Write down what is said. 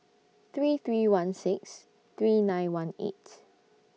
three three one six three nine one eight